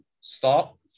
stop